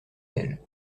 d’elle